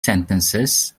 sentences